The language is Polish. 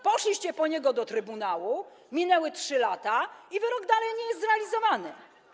Poszliście po niego do trybunału, minęły 3 lata i wyrok dalej nie jest zrealizowany.